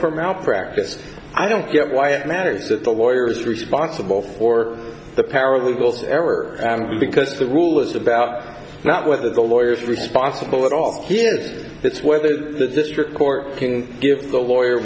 for malpractise i don't get why it matters that the lawyer is responsible for the paralegals ever because the rule is about not whether the lawyer is responsible at all here is whether the district court can give the lawyer